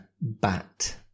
Bat